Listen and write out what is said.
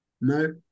No